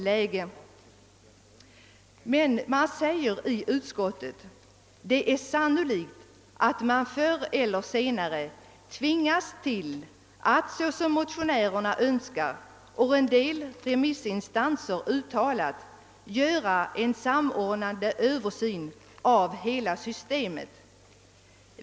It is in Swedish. Utskottet skriver dock: »Det är sannolikt att man förr eller senare tvingas till att såsom motionärerna Önskar och en del remissinstanser uttalat göra en samordnande översyn av hela systemet.